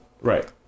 Right